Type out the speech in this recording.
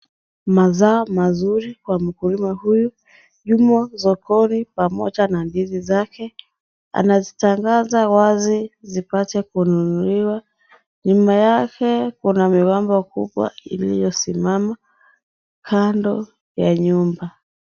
Mazao mazuri kwa mkulima huyu. Yumo sokoni pamoja na ndizi zake. Anazitangaza wazi zipate kununuliwa nyuma yake kuna migomba kubwa iliyosimama kando ya nyumba.